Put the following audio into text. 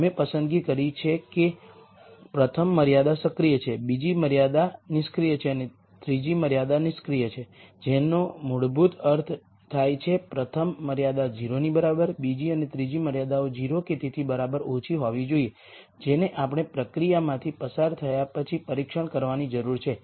અમે પસંદગી કરી છે કે પ્રથમ મર્યાદા સક્રિય છે બીજી મર્યાદા નિષ્ક્રિય છે અને ત્રીજી મર્યાદા નિષ્ક્રિય છે જેનો મૂળભૂત અર્થ થાય છે પ્રથમ મર્યાદા 0 ની બરાબર બીજી અને ત્રીજી મર્યાદાઓ 0 કે તેથી બરાબર ઓછી હોવી જોઈએ જેને આપણે પ્રક્રિયામાંથી પસાર થયા પછી પરીક્ષણ કરવાની જરૂર છે